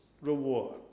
reward